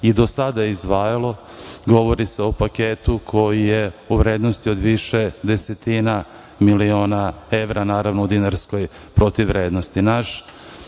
i do sada izdvajalo, govori se o paketu koji je u vrednosti od više desetina miliona evra, naravno, u dinarskoj protivvrednosti. Naš